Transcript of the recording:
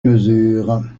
mesure